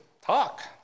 talk